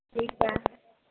ठीकु आहे